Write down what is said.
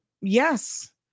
Yes